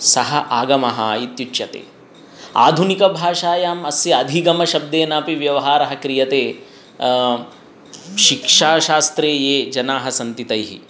सः आगमः इत्युच्यते आधुनिकभाषायां अस्य अधिगमशब्देनापि व्यवहारः क्रियते शिक्षाशास्त्रे ये जनाः सन्ति तैः